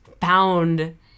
found